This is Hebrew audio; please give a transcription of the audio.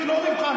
מה אתה רוצה?